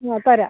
ആ തരാം